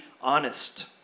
honest